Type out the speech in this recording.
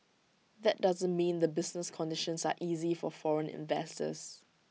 that doesn't mean the business conditions are easy for foreign investors